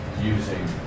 using